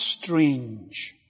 strange